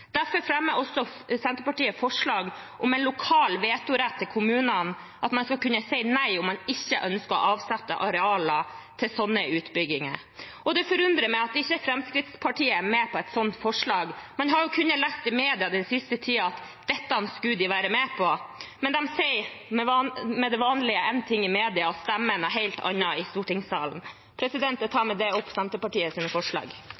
vetorett i kommunene, at man skal kunne si nei om man ikke ønsker å avsette arealer til slike utbygginger. Det forundrer meg at Fremskrittspartiet ikke er med på et slikt forslag. Man har jo kunnet lese i media den siste tiden at dette skulle de være med på. Men de sier som vanlig én ting i media og stemmer for noe helt annet i stortingssalen. Jeg